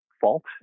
fault